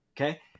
Okay